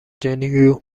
gen